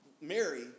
Mary